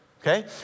Okay